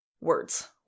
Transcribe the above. Words